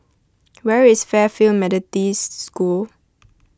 where is Fairfield Methodist School